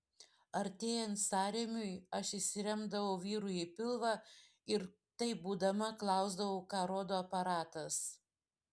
artėjant sąrėmiui aš įsiremdavau vyrui į pilvą ir taip būdama klausdavau ką rodo aparatas